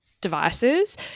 devices